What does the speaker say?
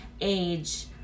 age